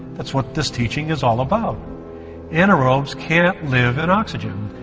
that's what this teaching is all about anaerobes can't live in oxygen.